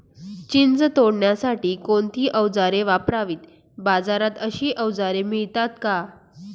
चिंच तोडण्यासाठी कोणती औजारे वापरावीत? बाजारात अशी औजारे मिळतात का?